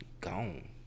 gone